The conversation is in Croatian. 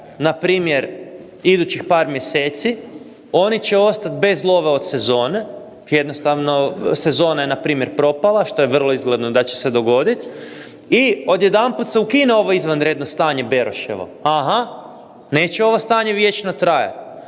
npr. idućih par mjeseci, oni će ostati bez love od sezone, jednostavno sezona je npr. propala, što je vrlo izgledno da će se dogoditi i odjedanput se ukine ovo izvanredno stanje Beroševo. Aha, neće ovo stanje vječno trajati.